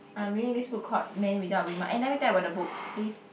I'm reading this book called Man without Women eh let me tell you about the book please